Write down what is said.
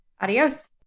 Adios